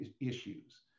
issues